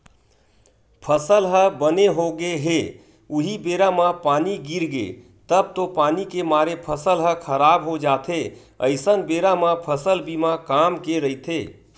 फसल ह बने होगे हे उहीं बेरा म पानी गिरगे तब तो पानी के मारे फसल ह खराब हो जाथे अइसन बेरा म फसल बीमा काम के रहिथे